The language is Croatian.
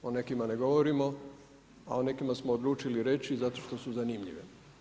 O nekima ne govorimo a o nekim smo odlučili reći zato što su zanimljive.